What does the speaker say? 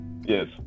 Yes